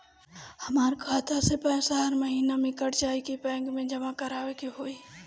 हमार खाता से पैसा हर महीना कट जायी की बैंक मे जमा करवाए के होई?